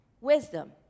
wisdom